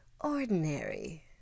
ordinary